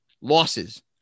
losses